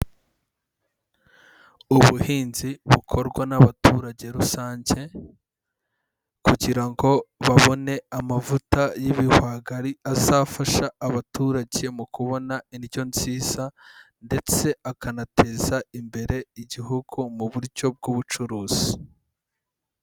Ubuhinzi bukorwa n'abaturage rusange kugira ngo babone amavuta y'ibihwagari azafasha abaturage mu kubona indyo nziza ndetse akanateza imbere igihugu mu buryo bw'ubucuruzi.